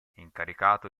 incaricato